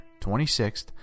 26th